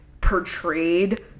portrayed